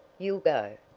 you'll go?